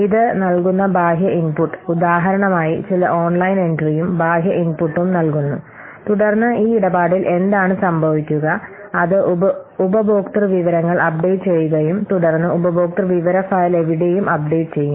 ഇത് നൽകുന്ന ബാഹ്യ ഇൻപുട്ട് ഉദാഹരണമായി ചില ഓൺലൈൻ എൻട്രിയും ബാഹ്യ ഇൻപുട്ടും നൽകുന്നു തുടർന്ന് ഈ ഇടപാടിൽ എന്താണ് സംഭവിക്കുക അത് ഉപഭോക്തൃ വിവരങ്ങൾ അപ്ഡേറ്റ് ചെയ്യുകയും തുടർന്ന് ഉപഭോക്തൃ വിവര ഫയൽ എവിടെയും അപ്ഡേറ്റുചെയ്യും